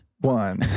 one